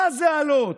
מה זה אלות,